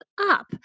up